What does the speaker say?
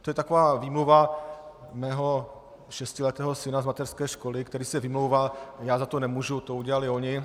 To je taková výmluva mého šestiletého syna z mateřské školy, který se vymlouvá: já za to nemůžu, to udělali oni.